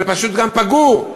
אלא פשוט גם פגעו.